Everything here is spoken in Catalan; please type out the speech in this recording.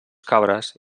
cabres